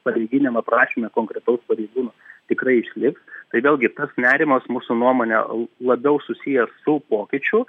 pareiginiam aprašyme konkretaus pareigūno tikrai išliks tai vėlgi tas nerimas mūsų nuomone labiau susijęs su pokyčiu